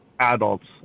adults